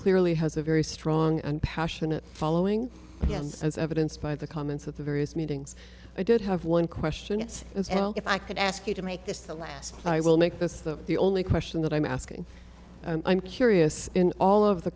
clearly has a very strong and passionate following as evidenced by the comments of the various meetings i did have one question is if i could ask you to make this the last i will make this look the only question that i'm asking i'm curious in all of the